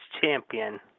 champion